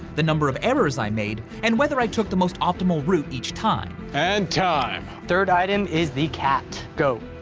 the number of errors i made and whether i took the most optimal route each time. and time. third item is the cat, go.